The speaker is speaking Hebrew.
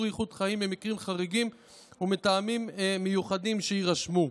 איכות חיים במקרים חריגים ומטעמים מיוחדים שיירשמו.